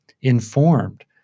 informed